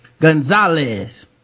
Gonzalez